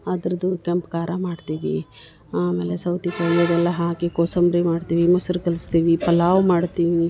ಅದರದ್ದು ಕೆಂಪು ಖಾರ ಮಾಡ್ತೀವಿ ಆಮೇಲೆ ಸೌತಿ ಕಾಯಿ ಅದೆಲ್ಲ ಹಾಕಿ ಕೋಸಂಬರಿ ಮಾಡ್ತೀವಿ ಮೊಸ್ರು ಕಲ್ಸ್ತಿವಿ ಪಲಾವು ಮಾಡ್ತೀವಿ